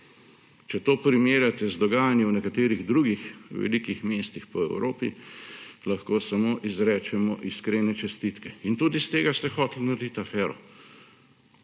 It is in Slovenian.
Če to primerjate z dogajanjem v nekaterih drugih velikih mestih po Evropi, lahko samo izrečemo iskrene čestitke. In tudi iz tega ste hoteli narediti afero.